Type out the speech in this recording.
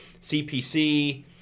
CPC